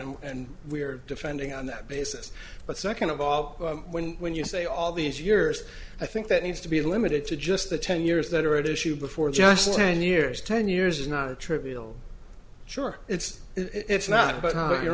him and we're defending on that basis but second of all when when you say all these years i think that needs to be limited to just the ten years that are at issue before just ten years ten years is not a trivial sure it's it's not about you